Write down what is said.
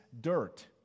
dirt